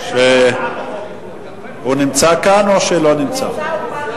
הנה הוא מגיע.